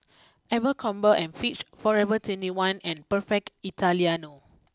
Abercrombie and Fitch forever twenty one and perfect Italiano